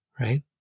right